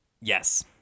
Yes